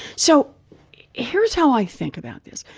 so here's how i think about this.